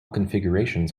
configurations